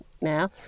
now